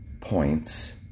points